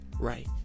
right